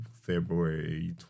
February